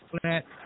flat